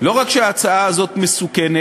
לא רק שההצעה הזאת מסוכנת